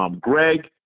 Greg